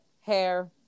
hair